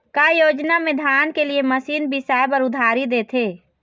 का योजना मे धान के लिए मशीन बिसाए बर उधारी देथे?